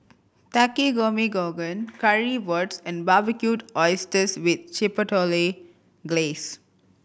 Takikomi Gohan Currywurst and Barbecued Oysters with Chipotle Glaze